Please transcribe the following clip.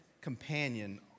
companion